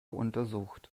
untersucht